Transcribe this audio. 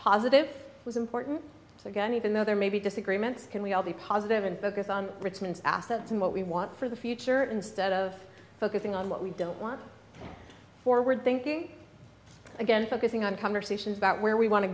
positive was important so again even though there may be disagreements can we all be positive and focus on richmond's assets and what we want for the future instead of focusing on what we don't want forward thinking again focusing on conversations about where we want to